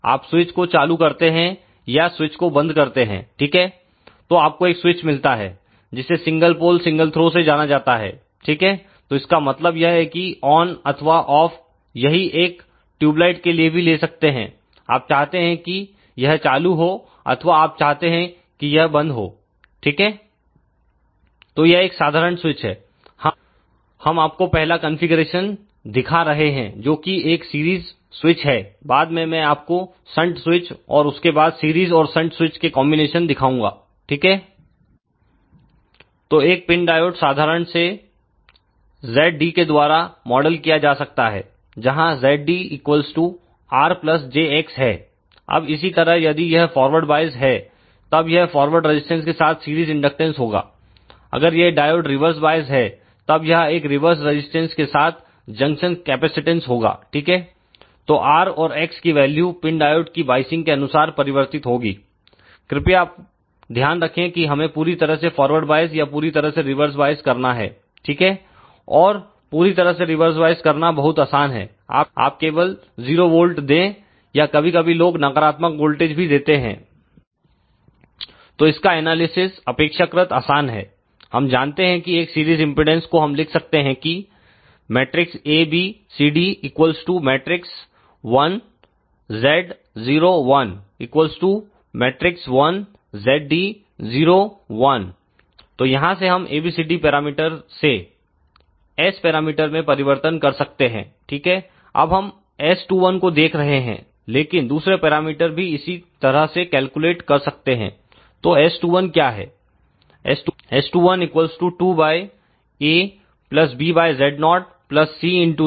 आप स्विच को चालू करते हैं या स्विच को बंद करते हैं ठीक है तो आपको एक स्विच मिलता है जिसे सिंगल पोल सिंगल थ्रो से जाना जाता है ठीक है तो इसका मतलब यह है कि ऑन अथवा ऑफ यही एक ट्यूबलाइट के लिए भी ले सकते हैं आप चाहते हैं कि यह चालू हो अथवा आप चाहते हैं कि यह बंद हो ठीक है तो यह एक साधारण स्विच है हम आपको पहला कॉन्फ़िगरेशन दिखा रहे हैं जो कि एक सीरीज स्विच है बाद में मैं आपको संट स्विच और उसके बाद सीरीज और संट स्विच के कॉन्बिनेशन दिखाऊंगा ठीक है तो एक पिन डायोड साधारण से Zd के द्वारा मॉडल किया जा सकता है जहां Zd RjX है अब इसी तरह यदि यह फॉरवर्ड वाइस है तब यह फॉरवर्ड रजिस्टेंस के साथ सीरीज इंडक्टेंस होगा अगर यह डायोड रिवर्स वाइस है तब यह एक रिवर्स रजिस्टेंस के साथ जंक्शन कैपेसिटेंस होगा ठीक है तो R और X की वैल्यू पिन डायोड की वाईसिंग के अनुसार परिवर्तित होगी कृपया ध्यान रखें कि हमें पूरी तरह से फॉरवर्ड वाइस या पूरी तरह से रिवर्स वाइस करना है ठीक है और पूरी तरह से रिवर्स वाइस करना बहुत आसान है आप केवल 0V दे या कभी कभी लोग नकारात्मक वोल्टेज भी देते हैं तो इसका एनालिसिस अपेक्षाकृत आसान है हम जानते हैं कि एक सीरीज इंपेडेंस को हम लिख सकते हैं कि A B C D 1 Z 0 1 1 Zd 0 1 तो यहां से हम ABCD पैरामीटर से S पैरामीटर में परिवर्तन कर सकते हैं ठीक हैं अब हम S21को देख रहे हैं लेकिन दूसरे पैरामीटर भी इसी तरह से कैलकुलेट कर सकते हैं तो S21 क्या है